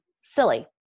silly